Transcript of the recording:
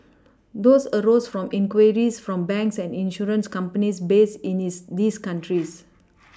these arose from inquiries from banks and insurance companies based in his these countries